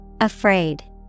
Afraid